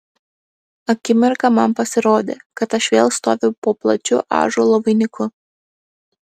akimirką man pasirodė kad aš vėl stoviu po plačiu ąžuolo vainiku